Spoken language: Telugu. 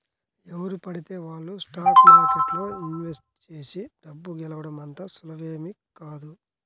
ఎవరు పడితే వాళ్ళు స్టాక్ మార్కెట్లో ఇన్వెస్ట్ చేసి డబ్బు గెలవడం అంత సులువేమీ కాదు